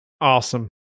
Awesome